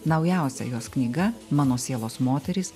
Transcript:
naujausia jos knyga mano sielos moterys